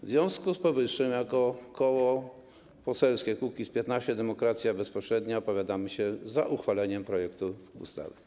W związku z powyższym jako Koło Poselskie Kukiz’15 - Demokracja Bezpośrednia opowiadamy się za uchwaleniem projektu ustawy.